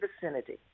vicinity